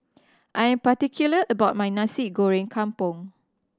I am particular about my Nasi Goreng Kampung